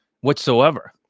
whatsoever